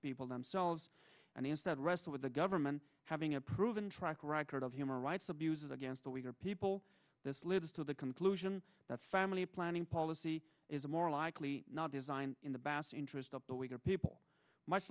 people themselves and instead rest with the government having a proven track record of human rights abuses against the weaker people this lives to the conclusion that family planning policy is a more likely not designed in the bass interest of the weaker people much